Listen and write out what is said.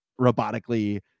robotically